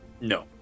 No